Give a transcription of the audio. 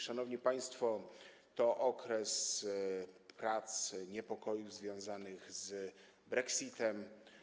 Szanowni państwo, to okres prac i niepokoju związanych z brexitem.